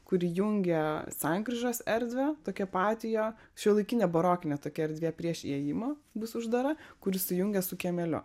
kuri jungia sankryžos erdvę tokią patijo šiuolaikinė barokinė tokia erdvė prieš įėjimą bus uždara kuri sujungia su kiemeliu